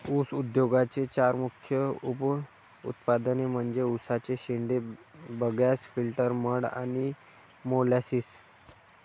ऊस उद्योगाचे चार मुख्य उप उत्पादने म्हणजे उसाचे शेंडे, बगॅस, फिल्टर मड आणि मोलॅसिस